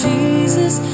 Jesus